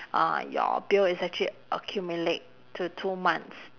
uh your bill is actually accumulate to two months